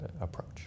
approach